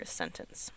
sentence